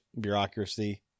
bureaucracy